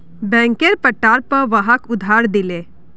बैंकेर पट्टार पर वहाक उधार दिले